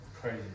crazy